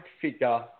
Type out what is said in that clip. figure